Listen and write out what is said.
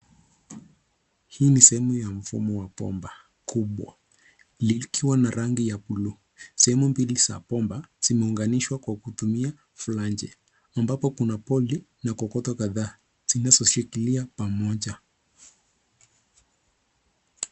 Hii ni sehemu ya mfumo wa bomba kubwa likiwa na rangi ya bluu. Sehemu mbili za bomba zimeunganishwa kwa kutumia phlange , ambapo kuna poly na kokoto kadhaa zinazoshikilia pamoja.